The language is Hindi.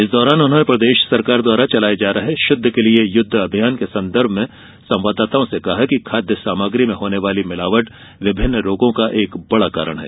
इस दौरान उन्होंने प्रदेश सरकार द्वारा चलाये जा रहे शद्द के लिये यद्द अभियान के संदर्भ में संवाददाताओं से कहा कि खाद्य सामग्री में होने वाली मिलावट विभिन्न रोगों को एक बड़ा कारण है